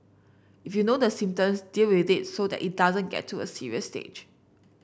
if you know the symptoms deal with it so that it doesn't get to a serious stage